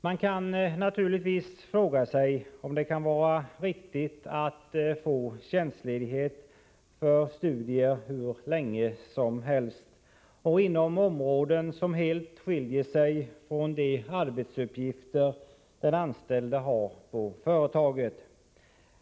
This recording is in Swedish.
Man kan naturligtvis fråga sig, om det kan vara riktigt att få tjänstledighet för studier hur länge som helst, och inom områden som helt skiljer sig från de arbetsuppgifter den anställde har på företaget.